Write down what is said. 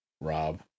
Rob